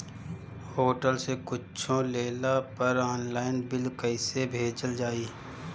Hotel से कुच्छो लेला पर आनलाइन बिल कैसे भेजल जाइ?